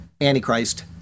Antichrist